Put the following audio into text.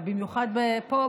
במיוחד פה,